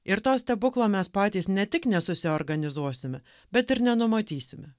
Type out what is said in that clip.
ir to stebuklo mes patys ne tik nesusiorganizuosime bet ir nenumatysime